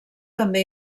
també